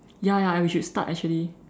ya ya we should start actually